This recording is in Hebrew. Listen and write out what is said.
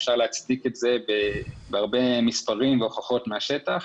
אפשר להצדיק את זה בהרבה מספרים והוכחות מהשטח,